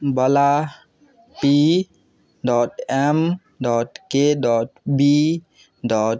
बला P dot M dot K dot V dot